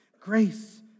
grace